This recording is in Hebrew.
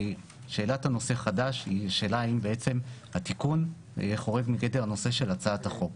שאלת נושא חדש היא שאלה האם התיקון חורג מגדר הנושא של הצעת החוק.